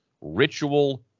ritual